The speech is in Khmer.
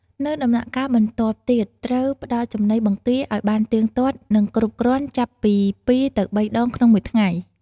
នៅដំណាក់កាលបន្ទាប់ទៀត ត្រូវផ្តល់ចំណីបង្គាឲ្យបានទៀងទាត់ និងគ្រប់គ្រាន់ចាប់ពី២ ទៅ ៣ ដងក្នុងមួយថ្ងៃ។